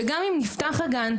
שגם אם נפתח הגן,